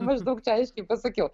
maždaug čia aiškiai pasakiau